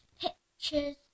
pictures